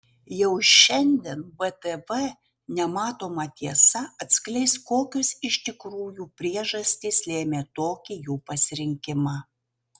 jau šiandien btv nematoma tiesa atskleis kokios iš tikrųjų priežastys lėmė tokį jų pasirinkimą